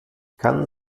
kann